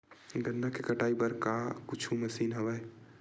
गन्ना के कटाई बर का कुछु मशीन हवय?